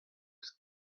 eus